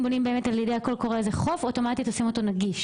אם בונים על ידי הקול קורא וזה חוף אז אוטומטית עושים אותו נגיש.